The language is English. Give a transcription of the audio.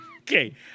Okay